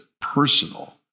personal